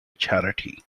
charity